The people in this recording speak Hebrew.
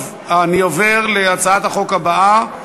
אני עובר להצעת החוק הבאה,